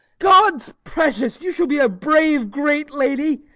god's precious! you shall be a brave great lady,